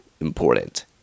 important